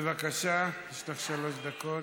בבקשה, יש לך שלוש דקות.